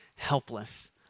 helpless